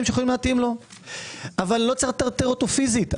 שיכולים להתאים לו אבל לא צריך לטרטר אותו פיזית.